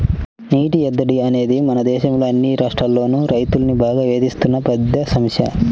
నీటి ఎద్దడి అనేది మన దేశంలో అన్ని రాష్ట్రాల్లోనూ రైతుల్ని బాగా వేధిస్తున్న పెద్ద సమస్య